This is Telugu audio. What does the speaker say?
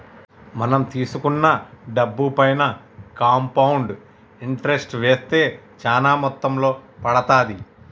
మనం తీసుకున్న డబ్బుపైన కాంపౌండ్ ఇంటరెస్ట్ వేస్తే చానా మొత్తంలో పడతాది